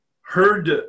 heard